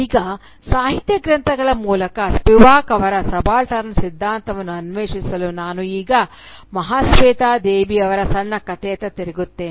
ಈಗ ಸಾಹಿತ್ಯ ಗ್ರಂಥಗಳ ಮೂಲಕ ಸ್ಪಿವಾಕ್ ಅವರ ಸಬಾಲ್ಟರ್ನ್ ಸಿದ್ಧಾಂತವನ್ನು ಅನ್ವೇಷಿಸಲು ನಾನು ಈಗ ಮಹಾಸ್ವೇತಾ ದೇವಿ ಅವರ ಸಣ್ಣ ಕಥೆಯತ್ತ ತಿರುಗುತ್ತೇನೆ